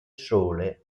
sole